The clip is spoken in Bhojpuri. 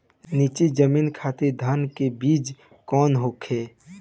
नीची जमीन खातिर धान के बीज कौन होखे?